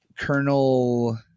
Colonel